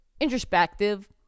introspective